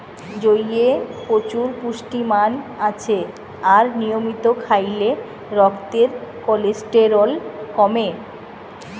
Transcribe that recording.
জইয়ে প্রচুর পুষ্টিমান আছে আর নিয়মিত খাইলে রক্তের কোলেস্টেরল কমে